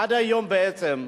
עד היום, בעצם,